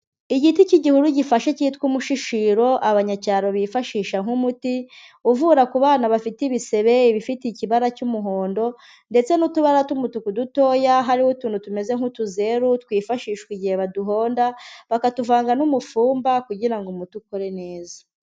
Igiti cy'igihuru gifashe cyitwa umushishiro abanyacyaro bifashisha nk'umuti uvura ku bana bafite ibisebe ibifite ikibara cy'umuhondo ndetse n'utubara tw'umutuku dutoya hariho utuntu tumeze nk'utuzeru twifashishwa igihe baduhonda bakatuvanga n'umufumba kugira ngo umuti ukore neza.